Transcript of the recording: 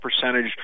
percentage